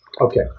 Okay